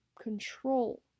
control